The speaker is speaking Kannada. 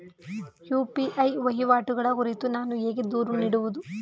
ಯು.ಪಿ.ಐ ವಹಿವಾಟುಗಳ ಕುರಿತು ನಾನು ಹೇಗೆ ದೂರು ನೀಡುವುದು?